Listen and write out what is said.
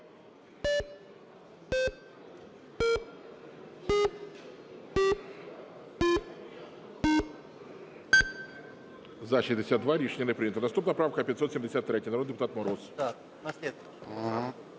За-64 Рішення не прийнято. Наступна правка 575-а, народний депутат Мороз.